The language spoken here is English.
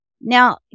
Now